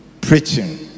preaching